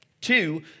Two